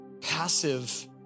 passive